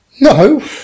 No